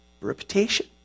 Reputation